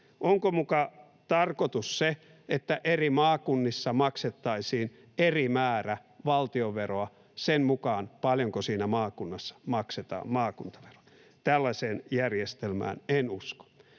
Onko muka tarkoitus se, että eri maakunnissa maksettaisiin eri määrä valtionveroa sen mukaan, paljonko siinä maakunnassa maksetaan maakuntaveroa? Tällaiseen järjestelmään en usko.